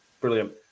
brilliant